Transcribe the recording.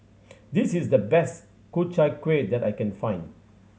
this is the best Ku Chai Kueh that I can find